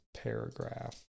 paragraph